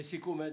לסיכום.